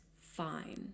fine